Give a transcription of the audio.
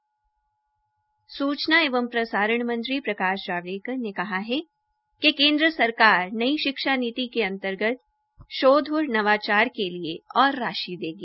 सूचना एवं प्रसारण मंत्री प्रकाश जावड़ेकर ने कहा है कि केन्द्र सरकार नई शिक्षा नीति के अंतर्गत भार्ध और नवाचार के लिए और राशि देगी